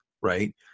right